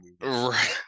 Right